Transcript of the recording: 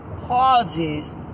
causes